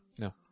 no